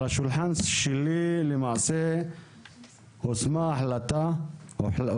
על השולחן שלי הונחה הצעה